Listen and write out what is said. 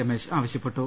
രമേശ് ആവശ്യപ്പെട്ടു